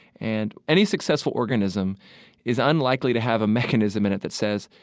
and any successful organism is unlikely to have a mechanism in it that says,